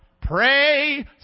Pray